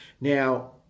Now